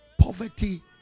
Poverty